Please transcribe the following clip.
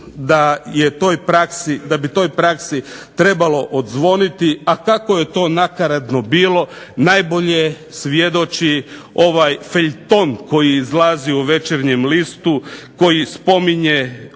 da bi toj praksi trebalo odzvoniti. A kako je to nakaradno bilo najbolje svjedoči ovaj feljton koji izlazi u VEčernjem listu, koji spominje